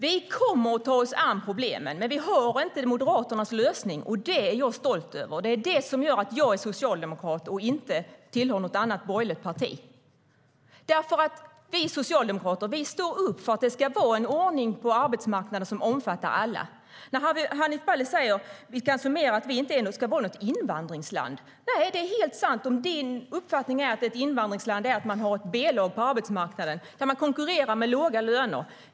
Vi kommer att ta oss an problemen. Men vi har inte Moderaternas lösning. Det är jag stolt över. Det är vad som gör att jag är socialdemokrat och inte tillhör något borgerligt parti. Vi socialdemokrater står upp för att det ska vara en ordning på arbetsmarknaden som omfattar alla. Hanif Bali säger att han ska summera och säger att vi inte vill att Sverige ska vara ett invandringsland. Det är helt sant om din uppfattning är att ett invandringsland är att man har ett B-lag på arbetsmarknaden där människor konkurrerar med låga löner.